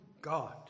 God